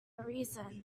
reason